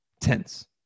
tense